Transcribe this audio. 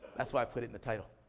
that's why i put it in the title.